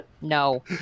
No